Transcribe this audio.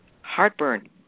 Heartburn